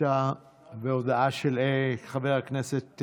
הודעה של חבר הכנסת